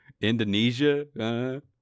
Indonesia